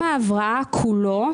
מההסכמות שהושגו,